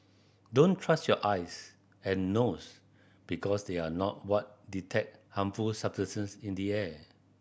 don't trust your eyes and nose because they are not what detect harmful substance in the air